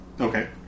Okay